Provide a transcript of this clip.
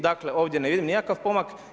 Dakle ovdje ne vidim nikakav pomak.